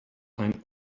ein